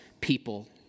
people